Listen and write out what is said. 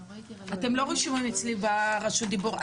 אתם לא רשומים אצלי ברשות הדיבור.